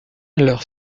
leur